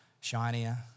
shinier